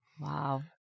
Wow